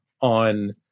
on